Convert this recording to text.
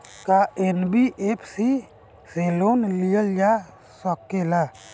का एन.बी.एफ.सी से लोन लियल जा सकेला?